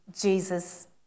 Jesus